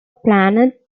planned